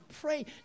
pray